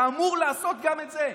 אתה אמור לעשות גם את זה.